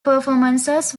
performances